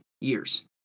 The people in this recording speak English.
years